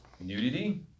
nudity